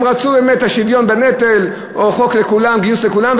הם רצו באמת את השוויון בנטל או חוק גיוס לכולם.